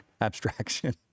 abstraction